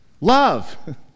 love